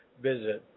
visit